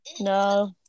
No